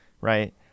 right